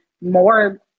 more